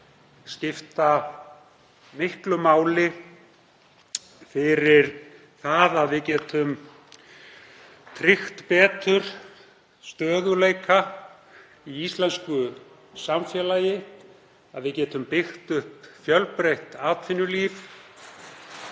skipta miklu máli fyrir það að við getum tryggt betur stöðugleika í íslensku samfélagi, getum byggt upp fjölbreytt atvinnulíf